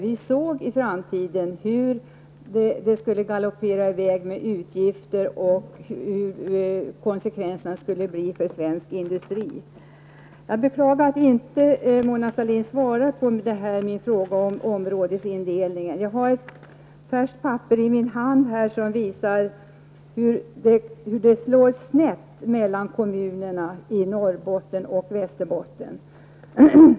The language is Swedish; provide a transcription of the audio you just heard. Vi såg hur utgifterna skulle galoppera i väg i framtiden och vilka konsekvenser de skulle få för svensk industri. Jag beklagar att Mona Sahlin inte svarade på min fråga om områdesindelningen. Jag har ett färskt papper i min hand där det påvisas hur de hela slår snett mellan kommunerna i Norrbotten och Västerbotten.